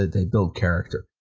they build character.